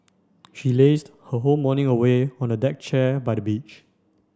she lazed her whole morning away on the deck chair by the beach